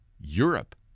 Europe